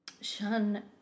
shun